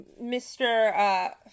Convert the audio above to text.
Mr